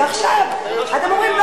ועכשיו אתם אומרים,